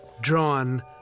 drawn